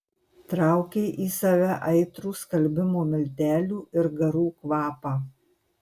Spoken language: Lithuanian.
traukė į save aitrų skalbimo miltelių ir garų kvapą